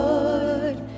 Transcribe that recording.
Lord